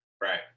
Right